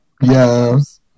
Yes